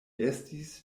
estis